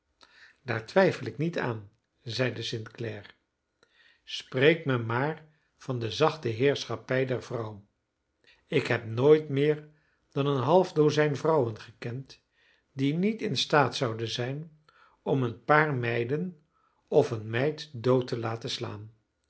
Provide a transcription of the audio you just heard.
daar twijfel ik niet aan zeide st clare spreek me maar van de zachte heerschappij der vrouw ik heb nooit meer dan een half dozijn vrouwen gekend die niet in staat zouden zijn om een paar meiden of een meid dood te laten slaan